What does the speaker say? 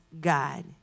God